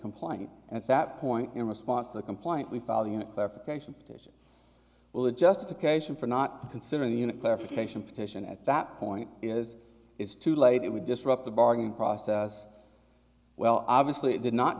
complaint at that point in response to a complaint we following a clarification petition well the justification for not considering the unit clarification petition at that point is it's too late it would disrupt the bargaining process well obviously it did not